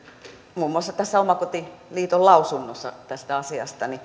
muun muassa tässä omakotiliiton lausunnossa tästä asiasta